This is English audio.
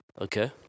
Okay